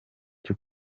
cyo